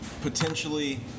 potentially